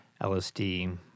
LSD